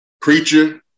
creature